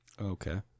Okay